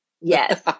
Yes